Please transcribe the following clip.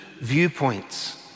viewpoints